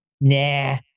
nah